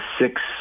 six